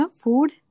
Food